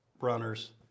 runners